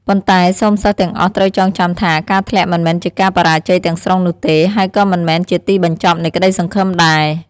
ប៉ុន្តែ សូមសិស្សទាំងអស់ត្រូវចងចាំថា ការធ្លាក់មិនមែនជាការបរាជ័យទាំងស្រុងនោះទេ ហើយក៏មិនមែនជាទីបញ្ចប់នៃក្តីសង្ឃឹមដែរ។